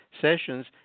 sessions